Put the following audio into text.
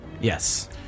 Yes